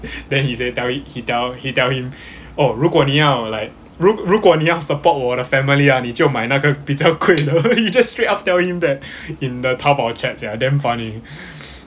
then he say tell him he tell he tell him oh 如果你要 like 如如果你要 support 我的 family ah 你就买那个比较贵的 he just straight up tell him that in the 淘宝 chats ya damn funny